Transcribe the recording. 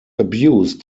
abuse